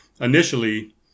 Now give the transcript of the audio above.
initially